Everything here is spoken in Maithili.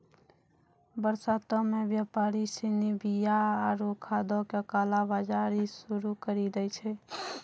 बरसातो मे व्यापारि सिनी बीया आरु खादो के काला बजारी शुरू करि दै छै